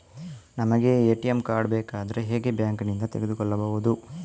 ನಮಗೆ ATM card ಬೇಕಾದ್ರೆ ಹೇಗೆ ಬ್ಯಾಂಕ್ ನಿಂದ ತೆಗೆದುಕೊಳ್ಳುವುದು?